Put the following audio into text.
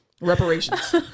Reparations